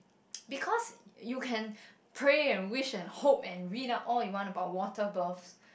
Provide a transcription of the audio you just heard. because you can pray and wish and hope and read up all you want about water births